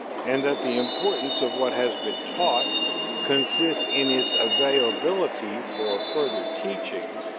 and that the importance of what has been taught consists in its availability for further teaching,